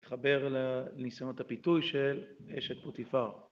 מתחבר לניסיונות הפיתוי של אשת פוטיפר.